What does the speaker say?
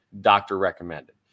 doctor-recommended